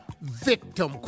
victim